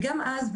וגם אז,